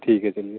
ठीक है चलिए